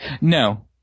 No